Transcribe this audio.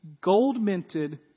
gold-minted